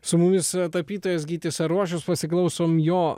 su mumis tapytojas gytis arošius pasiklausom jo